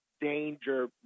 danger